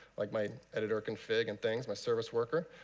like my editorconfig and things, my service worker,